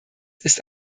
ist